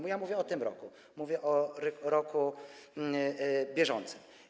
Mówię o tym roku, mówię o roku bieżącym.